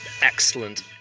excellent